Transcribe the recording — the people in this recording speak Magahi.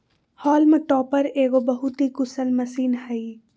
हॉल्म टॉपर एगो बहुत ही कुशल मशीन हइ